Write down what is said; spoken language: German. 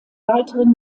weiteren